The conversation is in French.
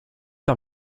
par